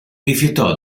rifiutò